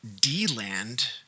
D-land